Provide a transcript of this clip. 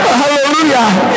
hallelujah